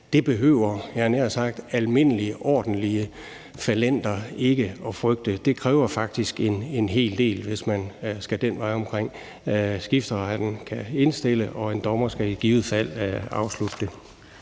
nær sagt almindelige, ordentlige fallenter ikke at frygte. Det kræver faktisk en hel del, hvis man skal den vej omkring. Skifteretten kan indstille til det, og en dommer skal i givet fald afslutte